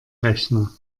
rechner